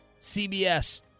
CBS